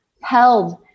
held